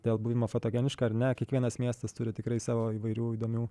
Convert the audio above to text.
dėl buvimo fotogeniška ar ne kiekvienas miestas turi tikrai savo įvairių įdomių